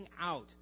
out